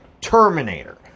Terminator